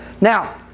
Now